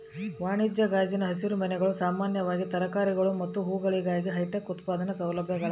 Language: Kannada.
ವಾಣಿಜ್ಯ ಗಾಜಿನ ಹಸಿರುಮನೆಗಳು ಸಾಮಾನ್ಯವಾಗಿ ತರಕಾರಿಗಳು ಮತ್ತು ಹೂವುಗಳಿಗಾಗಿ ಹೈಟೆಕ್ ಉತ್ಪಾದನಾ ಸೌಲಭ್ಯಗಳಾಗ್ಯವ